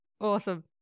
Awesome